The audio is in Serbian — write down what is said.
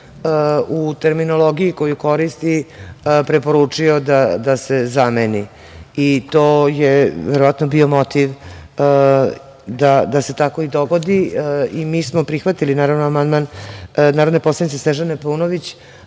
u terminologiji koju koristi preporučio da se zameni i to je verovatno bio motiv da se tako i dogodi i mi smo prihvatili amandman narodne poslanice Snežane Paunović,